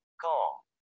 call